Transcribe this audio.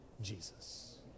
Jesus